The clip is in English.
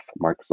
Microsoft